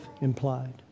implied